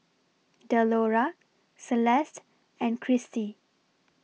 Delora Celeste and Cristi